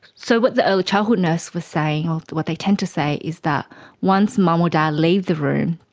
so what the early childhood nurse was saying or what they tend to say is that once mum or dad leave the room,